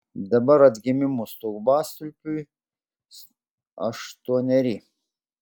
dabar atgimimo stogastulpiui aštuoneri